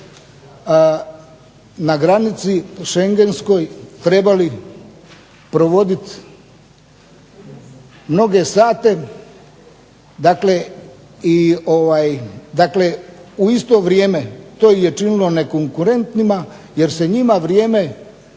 granici trebali provoditi mnoge sate, dakle u isto vrijeme to ih je činilo nekonkurentnima jer se njima vrijeme